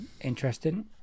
interesting